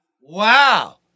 Wow